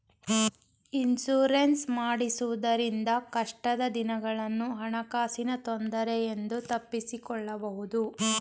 insurance ಮಾಡಿಸುವುದರಿಂದ ಕಷ್ಟದ ದಿನಗಳನ್ನು ಹಣಕಾಸಿನ ತೊಂದರೆ ತಪ್ಪಿಸಿಕೊಳ್ಳಬಹುದು